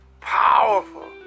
Powerful